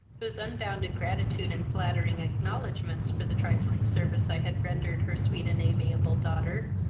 whose unbounded gratitude and flattering acknowledgments, for the trifling service i had rendered her sweet and amiable daughter,